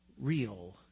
real